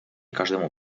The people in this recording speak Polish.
każdemu